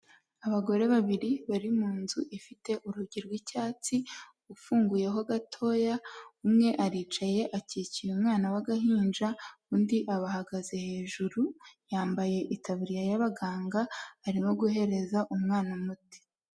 Abagore babiri bari mu nzu, ifite urugi rw'icyatsi, ufunguyeho gatoya, umwe aricaye akikiye umwana w'agahinja, undi abahagaze hejuru, yambaye itaburiya y'abaganga, arimo guhereza umwana umuti.